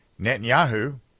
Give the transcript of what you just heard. Netanyahu